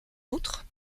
autres